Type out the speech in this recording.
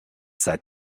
seit